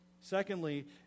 secondly